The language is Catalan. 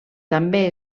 també